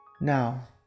Now